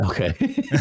Okay